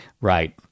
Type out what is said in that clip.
Right